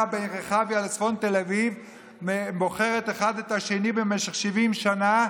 ברחביה וצפון תל אביב בוחרת אחד את השני במשך 70 שנה,